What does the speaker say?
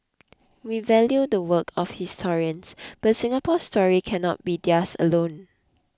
we value the work of historians but Singapore's story cannot be theirs alone